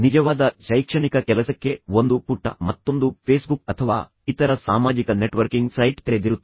ನಿಜವಾದ ಶೈಕ್ಷಣಿಕ ಕೆಲಸಕ್ಕೆ ಒಂದು ಪುಟ ಮತ್ತೊಂದು ಫೇಸ್ಬುಕ್ ಅಥವಾ ಇತರ ಸಾಮಾಜಿಕ ನೆಟ್ವರ್ಕಿಂಗ್ ಸೈಟ್ ತೆರೆದಿರುತ್ತದೆ